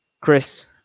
Chris